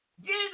Jesus